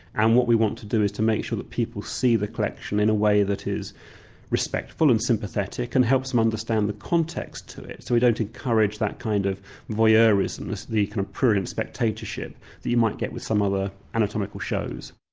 and what we want to do is make sure that people see the collection in a way that is respectful and sympathetic and helps them understand the context to it. so we don't encourage that kind of voyeurism, the kind of prurient spectatorship that you might get with some other anatomical shows.